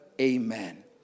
Amen